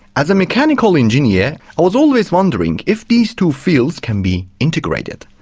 as a mechanical engineer, i was always wondering if these two fields can be integrated.